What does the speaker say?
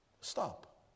Stop